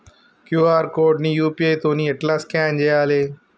QR code ని UPI తోని ఎట్లా స్కాన్ చేయాలి?